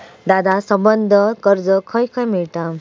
दादा, संबंद्ध कर्ज खंय खंय मिळता